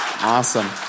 Awesome